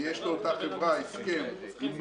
ויש לאותה חברה הסכם עם מוסך,